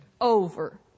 over